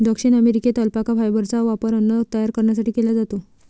दक्षिण अमेरिकेत अल्पाका फायबरचा वापर अन्न तयार करण्यासाठी केला जातो